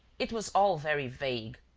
it was all very vague.